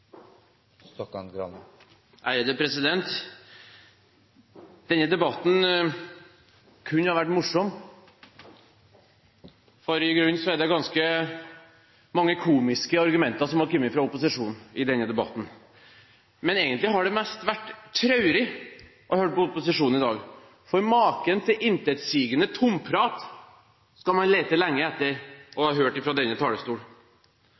det ganske mange komiske argumenter som har kommet fra opposisjonen, men egentlig har det mest vært traurig å høre på opposisjonen i dag, for maken til intetsigende tomprat skal man lete lenge etter for å finne at man har hørt fra denne